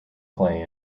play